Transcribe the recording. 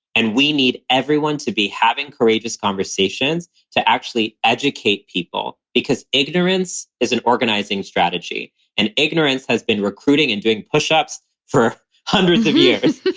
and we need everyone to be having courageous conversations to actually educate people, because ignorance is an organizing strategy and ignorance has been recruiting and doing push-ups for hundreds of years.